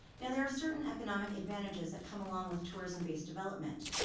now, there are certain economic advantages that come along with tourism-based development,